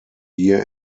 year